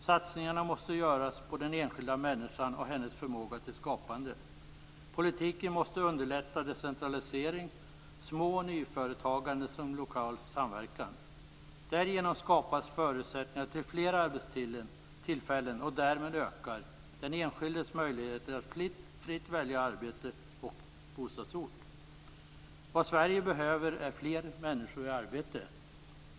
Satsningarna måste göras på den enskilda människan och hennes förmåga till skapande. Politiken måste underlätta decentralisering, småoch nyföretagande samt lokal samverkan. Därigenom skapas förutsättningar för fler arbetstillfällen, och därmed ökar den enskildes möjligheter att fritt välja arbete och bostadsort. Vad Sverige behöver är fler människor i arbete.